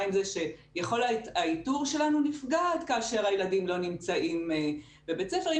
עם זה שיכולת האיתור שלנו נפגעת כאשר הילדים לא נמצאים בבית ספר,